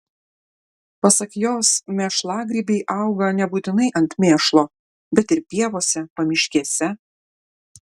pasak jos mėšlagrybiai auga nebūtinai ant mėšlo bet ir pievose pamiškėse